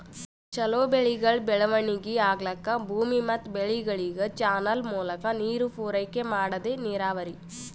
ಛಲೋ ಬೆಳೆಗಳ್ ಬೆಳವಣಿಗಿ ಆಗ್ಲಕ್ಕ ಭೂಮಿ ಮತ್ ಬೆಳೆಗಳಿಗ್ ಚಾನಲ್ ಮೂಲಕಾ ನೀರ್ ಪೂರೈಕೆ ಮಾಡದೇ ನೀರಾವರಿ